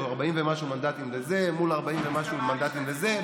או 40 ומשהו מנדטים לזה מול 40 ומשהו מנדטים לזה,